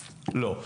לא.